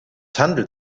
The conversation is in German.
handelt